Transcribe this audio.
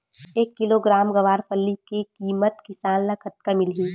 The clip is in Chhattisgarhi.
एक किलोग्राम गवारफली के किमत किसान ल कतका मिलही?